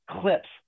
clips